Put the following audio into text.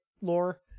lore